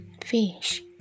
fish